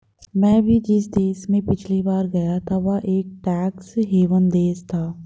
मैं भी जिस देश में पिछली बार गया था वह एक टैक्स हेवन देश था